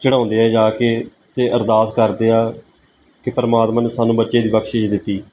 ਚੜ੍ਹਾਉਂਦੇ ਆ ਜਾ ਕੇ ਅਤੇ ਅਰਦਾਸ ਕਰਦੇ ਆ ਕਿ ਪਰਮਾਤਮਾ ਨੇ ਸਾਨੂੰ ਬੱਚੇ ਦੀ ਬਖਸ਼ਿਸ਼ ਦਿੱਤੀ